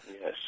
Yes